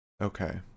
Okay